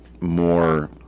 more